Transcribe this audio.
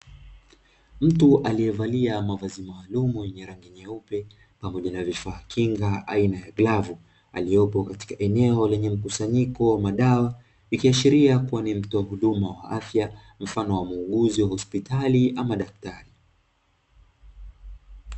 Mtu aliyevalia mavazi maalumu yenye rangi nyeupe pamoja na vifaa kinga aina ya glavu aliyepo katika eneo la mkusanyiko wa madawa, ikiashiria kuwa ni mtoa huduma wa afya mfano wa muuguzi wa hospitali ama daktari.